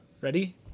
Ready